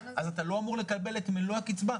אתה לא אמור לקבל את מלוא הקצבה,